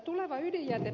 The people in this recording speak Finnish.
arvoisa puhemies